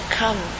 come